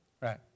right